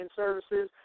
services